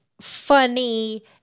funny